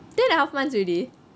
ten and a half months already